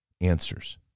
answers